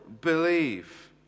believe